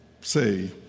say